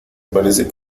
parece